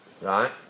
right